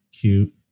cute